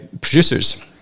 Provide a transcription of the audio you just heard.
producers